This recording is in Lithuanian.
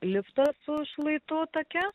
liftas su šlaitu take